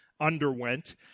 underwent